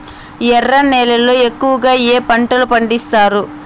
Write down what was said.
ఎర్ర నేలల్లో ఎక్కువగా ఏ పంటలు పండిస్తారు